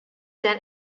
than